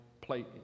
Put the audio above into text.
plate